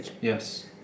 Yes